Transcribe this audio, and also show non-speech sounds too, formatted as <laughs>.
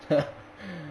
<laughs>